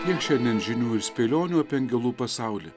tiek šiandien žinių ir spėlionių apie angelų pasaulį